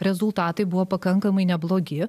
rezultatai buvo pakankamai neblogi